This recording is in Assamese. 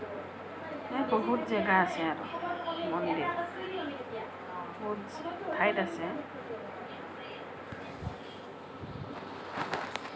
এ বহুত জাগা আছে আৰু মন্দিৰ বহুত ঠাইত আছে